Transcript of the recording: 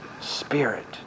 spirit